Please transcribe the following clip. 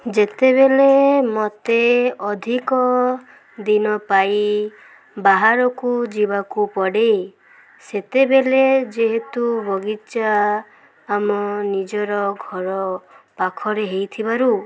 ଯେତେବେଳେ ମତେ ଅଧିକ ଦିନ ପାଇଁ ବାହାରକୁ ଯିବାକୁ ପଡ଼େ ସେତେବେଳେ ଯେହେତୁ ବଗିଚା ଆମ ନିଜର ଘର ପାଖରେ ହେଇଥିବାରୁ